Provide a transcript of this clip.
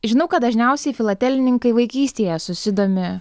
žinau kad dažniausiai filatelininkai vaikystėje susidomi